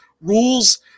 rules